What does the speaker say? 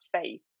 faith